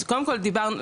אז דיברנו,